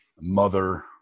mother